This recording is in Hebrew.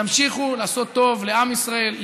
תמשיכו לעשות טוב לעם ישראל,